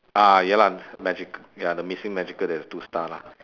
ah ya lah magic~ ya the missing magical there is two star lah